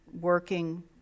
working